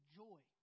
joy